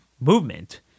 movement